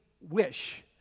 wish